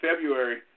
February